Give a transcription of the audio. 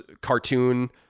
cartoon